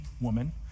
woman